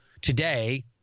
today